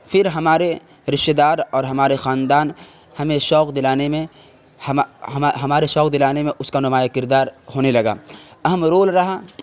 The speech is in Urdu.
پھر ہمارے رشتے دار اور ہمارے خاندان ہمیں شوق دلانے میں ہمارے شوق دلانے میں اس کا نمایاں کردار ہونے لگا اہم رول رہا